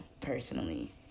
Personally